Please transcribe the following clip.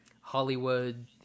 hollywood